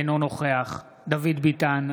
אינו נוכח דוד ביטן,